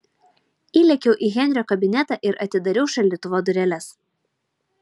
įlėkiau į henrio kabinetą ir atidariau šaldytuvo dureles